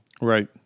right